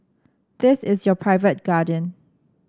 this is your private garden